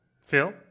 Phil